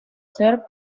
ser